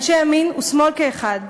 אנשי ימין ושמאל כאחד,